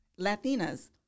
Latinas